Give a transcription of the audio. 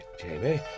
Jamie